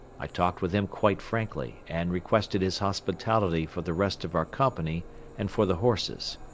i talked with him quite frankly and requested his hospitality for the rest of our company and for the horses.